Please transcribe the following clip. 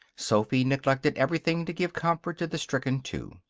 sophy neglected everything to give comfort to the stricken two.